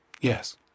Yes